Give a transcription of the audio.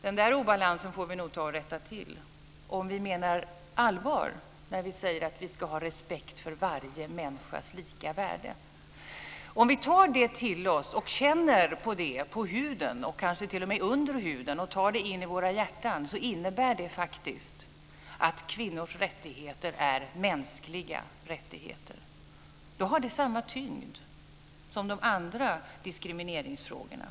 Denna obalans får vi nog ta och rätta till om vi menar allvar när vi säger att vi ska ha respekt för varje människas lika värde. Om vi tar detta till oss och känner på det på huden, och kanske t.o.m. under huden, och tar det in i våra hjärtan så innebär det faktiskt att kvinnors rättigheter är mänskliga rättigheter. Då har det samma tyngd som de andra diskrimineringsfrågorna.